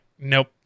nope